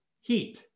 heat